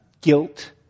guilt